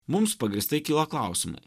mums pagrįstai kyla klausimai